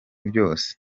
byose